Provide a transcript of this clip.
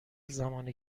زمان